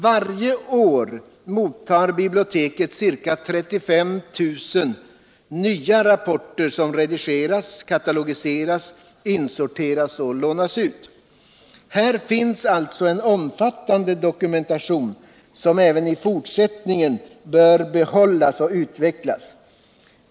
Varje år mottar biblioteket ca 35 000 nya rapporter som registreras, katalogiseras, insorteras och lånas ut. Här finns alltså en omfattande dokumentation som även i fortsättningen bör behållas och utvecklas.